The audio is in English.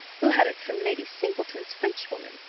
who had it from lady singleton's frenchwoman,